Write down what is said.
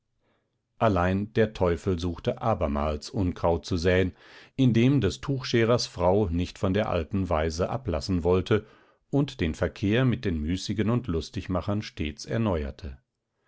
allein der teufel suchte abermals unkraut zu säen indem des tuchscherers frau nicht von der alten weise lassen wollte und den verkehr mit den müßigen und lustigmachern stets erneuerte